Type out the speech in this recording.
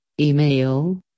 email